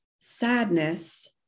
sadness